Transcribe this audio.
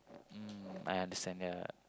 mm I understand yeah